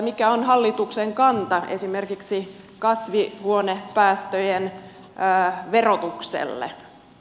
mikä on hallituksen kanta esimerkiksi kasvihuonepäästöjen verotukseen